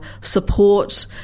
support